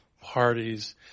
parties